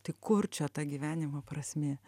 tai kur čia ta gyvenimo prasmė